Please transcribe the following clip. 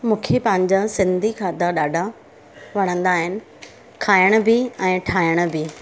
मूंखे पंहिंजा सिंधी खाधा ॾाढा वणंदा आहिनि खाइण बि ऐं ठाइण बि